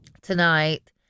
tonight